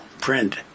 print